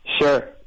Sure